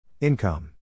Income